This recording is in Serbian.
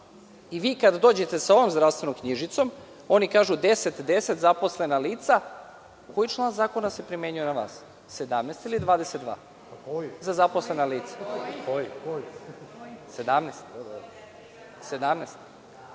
kada dođete sa ovom zdravstvenom knjižicom, oni kažu 1010 zaposlena lica. Koji član zakona se primenjuje na vas, 17. ili 22, za zaposlena lica?